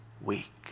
weak